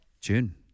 June